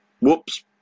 Whoops